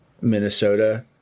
Minnesota